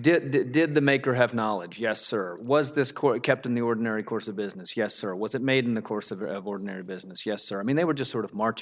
did it did the maker have knowledge yes or was this court kept in the ordinary course of business yes or was it made in the course of of ordinary business yes i mean they were just sort of marching